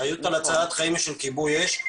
הצלת החיים היא של כיבוי אש.